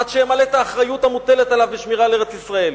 עד שימלא את האחריות המוטלת עליו בשמירה על ארץ-ישראל.